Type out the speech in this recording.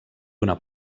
una